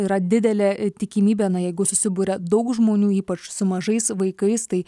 yra didelė tikimybė na jeigu susiburia daug žmonių ypač su mažais vaikais tai